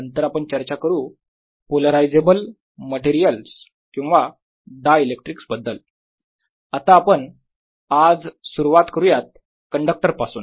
नंतर आपण चर्चा करू पोलरायझेबल मटेरियलस किंवा डायइलेक्ट्रिकस बद्दल आता आपण आज सुरवात करुयात कंडक्टर पासून